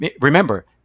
remember